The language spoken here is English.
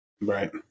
Right